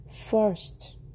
First